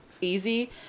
easy